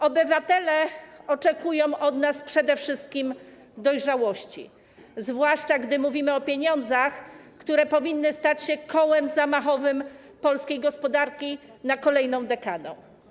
Obywatele oczekują od nas przede wszystkim dojrzałości, zwłaszcza gdy mówimy o pieniądzach, które powinny stać się kołem zamachowym polskiej gospodarki na kolejną dekadę.